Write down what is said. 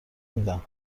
میدم